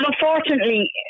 unfortunately